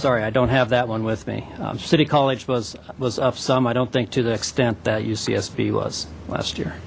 sorry i don't have that one with me city college was was up some i don't think to the extent that ucsb was last year